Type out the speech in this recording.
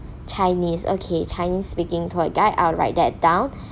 chinese okay chinese speaking tour guide I'll write that down